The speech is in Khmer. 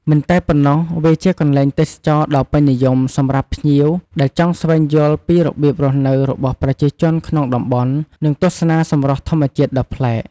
មិនតែប៉ុណ្ណោះវាជាកន្លែងទេសចរណ៍ដ៏ពេញនិយមសម្រាប់ភ្ញៀវដែលចង់ស្វែងយល់ពីរបៀបរស់នៅរបស់ប្រជាជនក្នុងតំបន់និងទស្សនាសម្រស់ធម្មជាតិដ៏ប្លែក។